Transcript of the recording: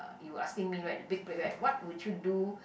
you asking me right the big right what would you do